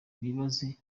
bibanze